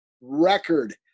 record